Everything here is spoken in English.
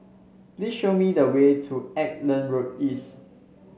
please show me the way to Auckland Road East